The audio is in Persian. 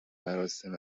مراسم